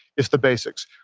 it's the basics.